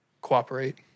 cooperate